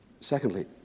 Secondly